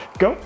go